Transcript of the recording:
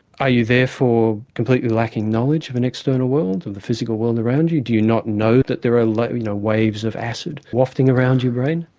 are you therefore completely lacking knowledge of an external world in the physical world around you? do you not know that there are like you know waves of acid wafting around your brain?